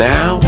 Now